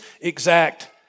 exact